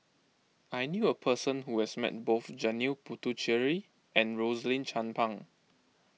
I knew a person who has met both Janil Puthucheary and Rosaline Chan Pang